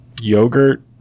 Yogurt